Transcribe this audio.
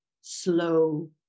slow